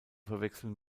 verwechseln